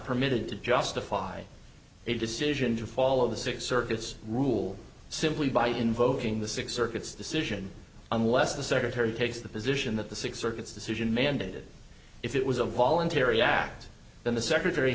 permitted to justify a decision to fall of the six circuits rule simply by invoking the six circuits decision unless the secretary takes the position that the six circuits decision mandated if it was a voluntary act then the secretary